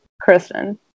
Kristen